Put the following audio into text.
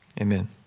amen